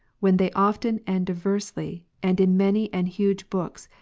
when they often and diversly, and in many and huge books,